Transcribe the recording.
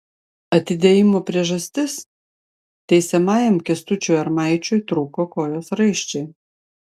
atidėjimo priežastis teisiamajam kęstučiui armaičiui trūko kojos raiščiai